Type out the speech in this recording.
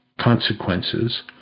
consequences